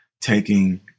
taking